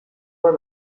bat